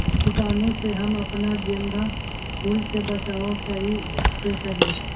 कीटाणु से हम अपना गेंदा फूल के बचाओ कई से करी?